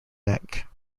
neck